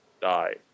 die